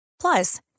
Plus